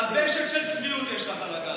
דבשת של צביעות יש לך על הגב.